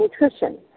nutrition